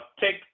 take